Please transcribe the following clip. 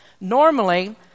Normally